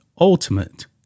ultimate